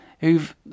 who've